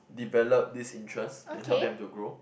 develop this interest and help them to grow